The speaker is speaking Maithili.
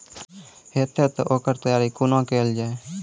हेतै तअ ओकर तैयारी कुना केल जाय?